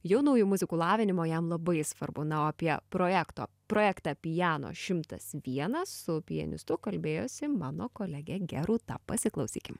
jaunųjų muzikų lavinimo jam labai svarbu na o apie projekto projektą piano šimtas vienas su pianistu kalbėjosi mano kolegė gerūta pasiklausykim